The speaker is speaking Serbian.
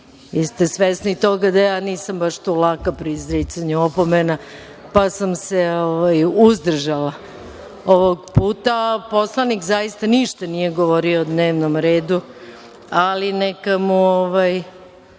vi ste svesni toga da ja nisam baš tu laka pri izricanju opomena, pa sam se uzdržala ovog puta. Poslanik zaista ništa nije govorio o dnevnom redu, ali neka mu